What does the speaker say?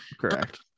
correct